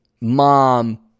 mom